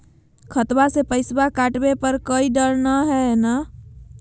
खतबा से पैसबा कटाबे पर कोइ डर नय हय ना?